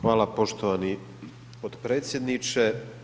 Hvala poštovani potpredsjedniče.